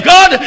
God